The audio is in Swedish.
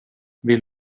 vill